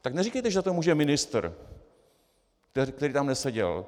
Tak neříkejte, že za to může ministr, který tam neseděl.